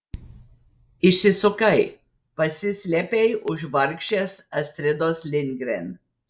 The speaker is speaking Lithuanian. išsisukai pasislėpei už vargšės astridos lindgren